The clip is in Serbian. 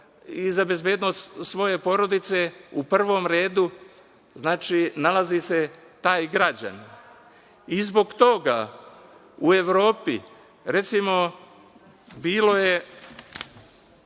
i za bezbednost svoje porodice u prvom redu nalazi se taj građanin. Zbog toga u Evropi, recimo, bilo je